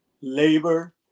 labor